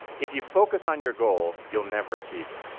if you're focused on your goal, you'll never achieve it.